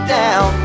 down